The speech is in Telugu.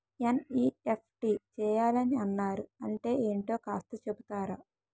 ఎన్.ఈ.ఎఫ్.టి చేయాలని అన్నారు అంటే ఏంటో కాస్త చెపుతారా?